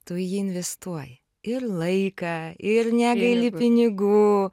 tu į jį investuoji ir laiką ir negaili pinigų